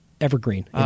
evergreen